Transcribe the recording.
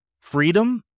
freedom